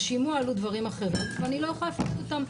בשימוע עלו דברים אחרים ואני לא יכולה לפרט אותם.